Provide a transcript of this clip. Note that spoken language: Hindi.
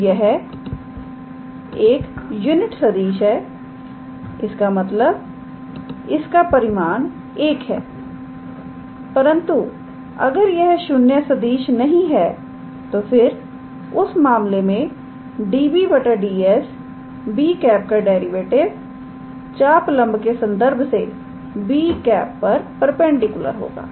तोयह एक यूनिट सदिश है इसका मतलब इसका परिमाण 1 है परंतु अगर यह 0 सदिश नहीं है तो फिर उस मामले में 𝑑𝑏 𝑑𝑠 𝑏̂ का डेरिवेटिव चापलंब के संदर्भ से 𝑏̂ पर परपेंडिकुलर होगा